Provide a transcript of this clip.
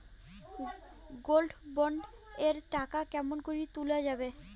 Gold bond এর টাকা কেমন করি তুলা যাবে?